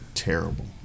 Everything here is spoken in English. Terrible